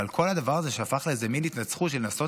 אבל כל הדבר הזה שהפך לאיזה מין התנצחות של לנסות